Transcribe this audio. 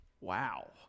Wow